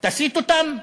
תסית אותם?